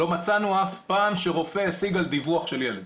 לא מצאנו אף פעם שרופא השיג על דיווח של ילד.